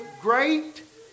great